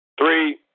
Three